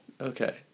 Okay